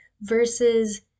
versus